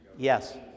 yes